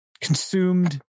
consumed